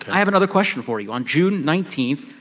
i have another question for you on june nineteenth.